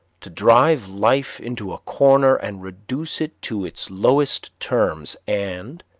to drive life into a corner, and reduce it to its lowest terms, and,